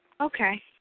Okay